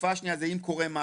תקופה שניה זה אם קורה משהו,